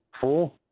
Four